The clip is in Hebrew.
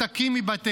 תעלו לבבא סאלי,